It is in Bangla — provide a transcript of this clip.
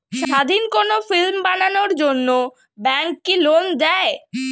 স্বাধীন কোনো ফিল্ম বানানোর জন্য ব্যাঙ্ক কি লোন দেয়?